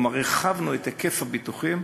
כלומר, הרחבנו את היקף הביטוחים